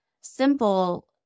simple